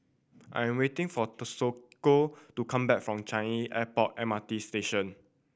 I'm waiting for Toshiko to come back from Changi Airport M R T Station